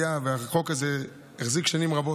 והחוק הזה החזיק שנים רבות,